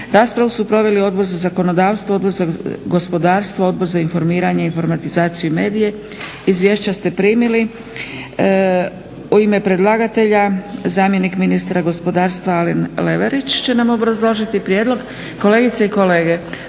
Raspravu su proveli Odbor za zakonodavstvo, Odbor za gospodarstvo, Odbor za informiranje, informatizaciju i medije. Izvješća ste primili. U ime predlagatelja zamjenik ministra gospodarstva Alen Leverić će nam obrazložiti prijedlog. Kolegice i kolege,